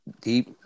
deep